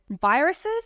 viruses